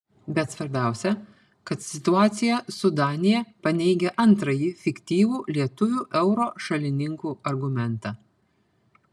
bet svarbiausia kad situacija su danija paneigia antrąjį fiktyvų lietuvių euro šalininkų argumentą